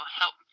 help